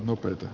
nopeita